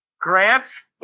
Grants